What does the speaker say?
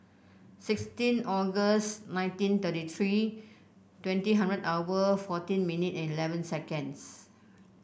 sixteen August nineteen thirty three twenty hundred hour fourteen minute and eleven seconds